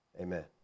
Amen